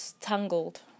Tangled